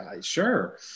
sure